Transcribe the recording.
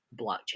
blockchain